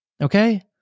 okay